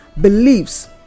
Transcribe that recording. beliefs